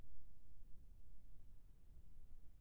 Loan ह कतक दिन मा मिलही?